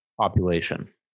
population